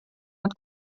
nad